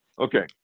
okay